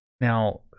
Now